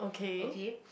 okay